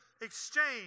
exchange